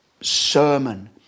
sermon